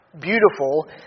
beautiful